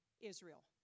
Israel